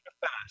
fast